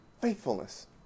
faithfulness